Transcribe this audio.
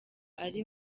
ari